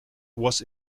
was